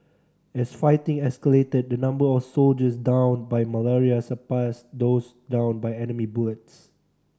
as fighting escalated the number of soldiers downed by Malaria surpassed those downed by enemy bullets